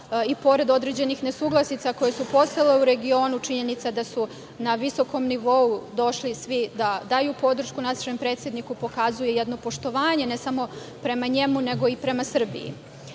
i pored određenih nesuglasica koje su postojale u regionu, činjenica da su na visokom nivou došli svi da daju podršku našem predsedniku, pokazuje jedno poštovanje, ne samo prema njemu, nego i prema